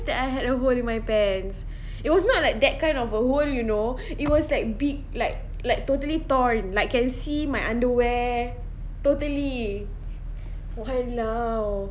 that I had a hole in my pants it was not like that kind of a hole you know it was like big like like totally torn like can see my underwear totally why now